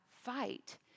fight